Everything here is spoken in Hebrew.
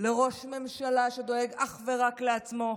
לראש ממשלה שדואג אך ורק לעצמו,